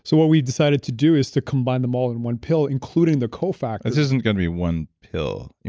so what we decided to do is to combine them all in one pill, including the cofactor this isn't going to be one pill,